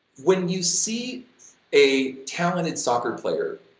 when you see a talented soccer player,